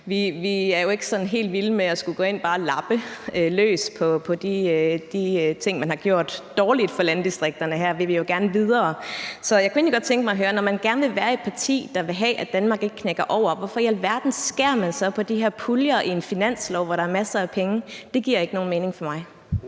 Vi er jo ikke sådan helt vilde med at skulle gå ind og bare lappe løs på de ting, man har gjort dårligt for landdistrikterne. Her vil vi jo gerne videre. Så når man gerne vil være et parti, der vil have, at Danmark ikke knækker over, kunne jeg godt tænke mig at høre, hvorfor i alverden man så skærer i de her puljer i en finanslov, hvor der er masser af penge. Det giver ikke nogen mening for mig.